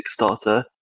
Kickstarter